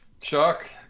Chuck